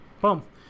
Boom